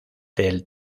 del